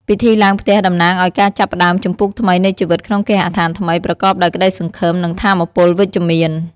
ពិធីឡើងផ្ទះតំណាងឲ្យការចាប់ផ្ដើមជំពូកថ្មីនៃជីវិតក្នុងគេហដ្ឋានថ្មី ប្រកបដោយក្ដីសង្ឃឹម និងថាមពលវិជ្ជមាន។